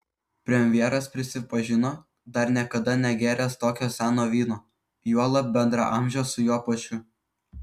premjeras prisipažino dar niekada negėręs tokio seno vyno juolab bendraamžio su juo pačiu